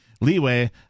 Leeway